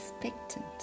expectant